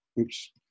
oops